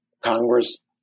Congress